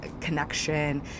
connection